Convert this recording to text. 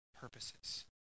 purposes